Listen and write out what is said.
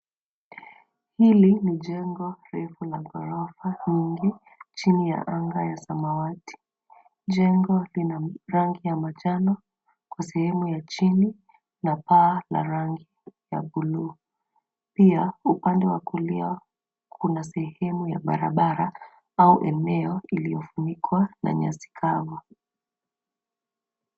Hili ni jengo refu la ghorofa nyingi chini ya anga ya samawati. Jengo lina rangi ya manjano kwa sehemu ya chini na paa la rangi ya bluu. Pia upande wa kulia kuna sehemu ya barabara au eneo iliyofunikwa na nyasi kavu.